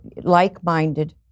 like-minded